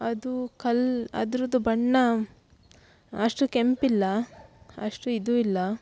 ಅದೂ ಕಲ್ಲು ಅದ್ರದ್ದು ಬಣ್ಣ ಅಷ್ಟು ಕೆಂಪಿಲ್ಲ ಅಷ್ಟು ಇದು ಇಲ್ಲ